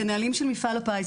זה נהלים של מפעל הפיס,